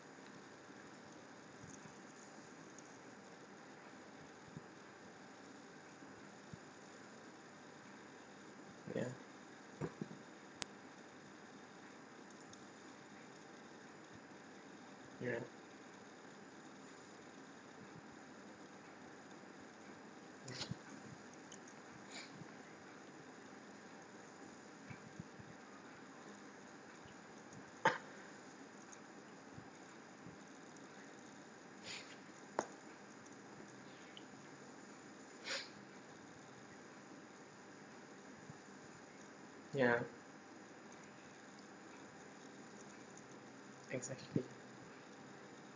ya ya ya exactly